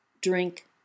drink